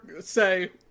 say